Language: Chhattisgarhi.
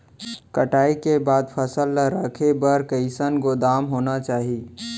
कटाई के बाद फसल ला रखे बर कईसन गोदाम होना चाही?